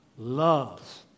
Love